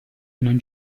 non